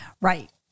Right